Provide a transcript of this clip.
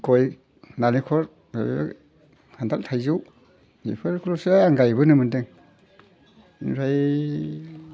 गय नारेंखल ओरै खानथाल थाइजौ बेफोरखौल'सो आं गायबोनो मोनदों बेनिफ्राय